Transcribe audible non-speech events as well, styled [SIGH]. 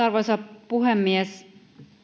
[UNINTELLIGIBLE] arvoisa puhemies